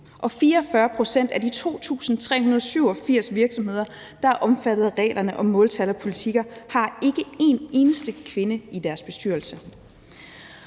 Og 44 pct. af de 2.387 virksomheder, der er omfattet af reglerne om måltal og politikker, har ikke en eneste kvinde i deres bestyrelse.